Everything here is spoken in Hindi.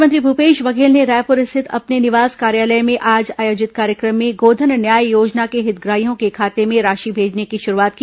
मुख्यमंत्री भूपेश बघेल ने रायपुर स्थित अपने निवास कार्यालय में आज आयोजित कार्यक्रम में गोधन न्याय योजना के हितग्राहियों के खाते में राशि भेजने की शुरूआत की